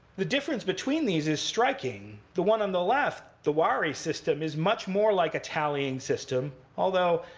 the difference between these is striking. the one on the left, the wary system, is much more like a tallying system. although,